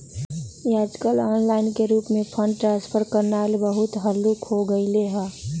याजकाल ऑनलाइन रूप से फंड ट्रांसफर करनाइ बहुते हल्लुक् हो गेलइ ह